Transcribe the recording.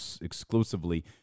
exclusively